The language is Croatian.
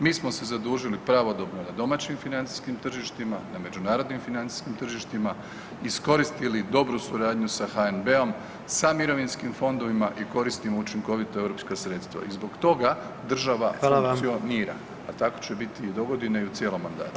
Mi smo se zadužili pravodobno na domaćim financijskim tržištima, na međunarodnim financijskim tržištima, iskoristili dobru suradnju sa HNB-om sa mirovinskim fondovima i koristimo učinkovito europska sredstva i zbog toga država funkcionira, a tako će biti i dogodine i u cijelom mandatu.